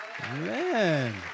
Amen